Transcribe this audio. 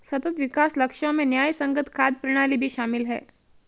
सतत विकास लक्ष्यों में न्यायसंगत खाद्य प्रणाली भी शामिल है